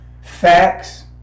Facts